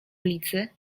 ulicy